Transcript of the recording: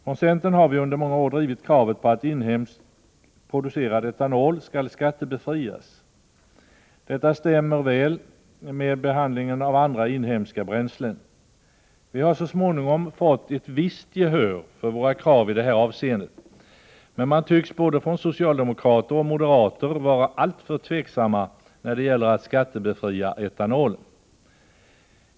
Från centern har vi under många år drivit kravet på att etanol producerad inom landet skall skattebefrias. Detta stämmer med behandlingen av andra inhemska bränslen. Vi har så småningom fått ett visst gehör för våra krav i det här avseendet, men man tycks från både socialdemokratiskt och moderat håll vara alltför tveksam när det gäller att skattebefria etanolen.